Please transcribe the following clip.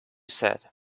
said